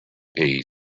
peace